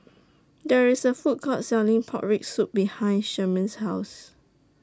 There IS A Food Court Selling Pork Rib Soup behind Sherman's House